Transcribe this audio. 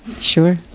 Sure